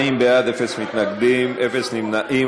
40 בעד, אין מתנגדים, אין נמנעים.